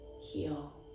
heal